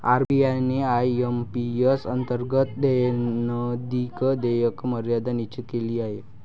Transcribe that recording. RBI ने IMPS अंतर्गत दैनंदिन देयक मर्यादा निश्चित केली आहे